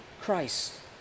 Christ